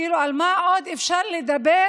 כאילו על מה עוד אפשר לדבר